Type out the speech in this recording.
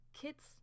kits